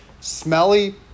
smelly